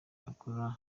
akora